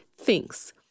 Thinks